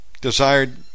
desired